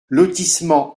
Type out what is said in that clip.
lotissement